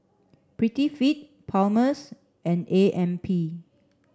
Prettyfit Palmer's and A M P